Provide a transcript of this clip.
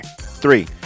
three